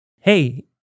hey